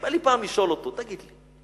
בא לי פעם לשאול אותו: תגיד לי,